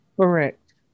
Correct